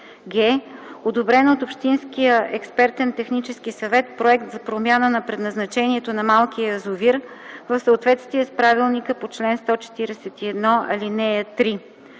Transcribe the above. г) одобрен от общинския експертен технически съвет проект за промяна на предназначението на малкия язовир, в съответствие с правилника по чл. 141, ал. 3;